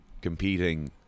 competing